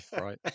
right